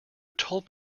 told